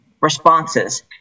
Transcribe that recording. responses